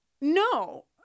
No